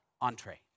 entree